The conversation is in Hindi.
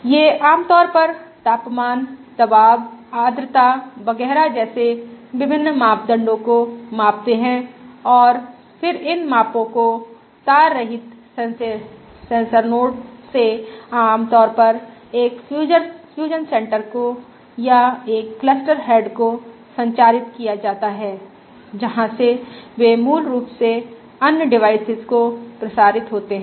ये आम तौर पर तापमान दबाव आर्द्रता वगैरह जैसे विभिन्न मापदंडों को मापते हैं और फिर इन मापों को तार रहित सेंसर नोडस् से आम तौर पर एक फ्यूजन सेंटर को या एक क्लस्टर हेड को संचारित किया जाता है जहां से वे मूल रूप से अन्य डिवाइसेज को प्रसारित होते हैं